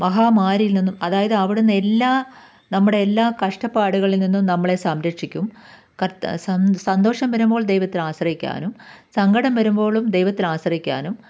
മഹാമാരിയിൽ നിന്നും അതായത് അവിടുന്നെല്ലാ നമ്മുടെ എല്ലാ കഷ്ടപ്പാടുകളിൽ നിന്നും നമ്മളെ സംരക്ഷിക്കും കർത്താ സം സന്തോഷം വരുമ്പോൾ ദൈവത്തെ ആശ്രയിക്കാനും സങ്കടം വരുമ്പോളും ദൈവത്തിലാശ്രയിക്കാനും